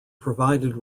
provided